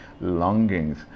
longings